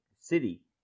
city